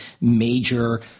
major –